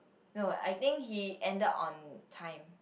no I think he ended on time